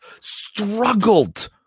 struggled